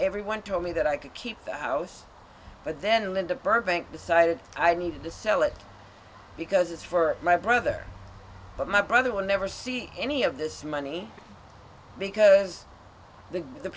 everyone told me that i could keep the house but then linda burbank decided i needed to sell it because it's for my brother but my brother will never see any of this money because the